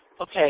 Okay